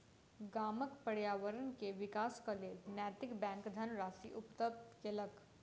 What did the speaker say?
गामक पर्यावरण के विकासक लेल नैतिक बैंक धनराशि उपलब्ध केलक